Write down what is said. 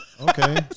Okay